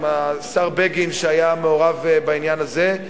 עם השר בגין שהיה מעורב בעניין הזה,